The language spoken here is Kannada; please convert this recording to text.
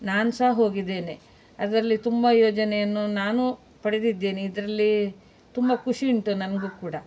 ನಾನು ಸಹ ಹೋಗಿದ್ದೇನೆ ಅದರಲ್ಲಿ ತುಂಬ ಯೋಜನೆಯನ್ನು ನಾನೂ ಪಡೆದಿದ್ದೇನೆ ಇದರಲ್ಲಿ ತುಂಬ ಖುಷಿ ಉಂಟು ನನಗೂ ಕೂಡ